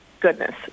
goodness